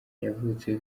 yavutse